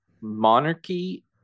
monarchy